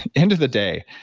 end of the day,